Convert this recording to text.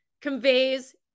conveys